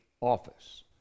office